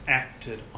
acted